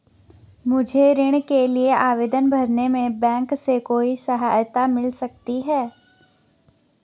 मुझे ऋण के लिए आवेदन भरने में बैंक से कोई सहायता मिल सकती है?